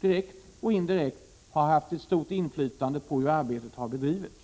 direkt och indirekt haft ett stort inflytande på hur arbetet har bedrivits.